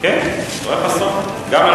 הצעה מס'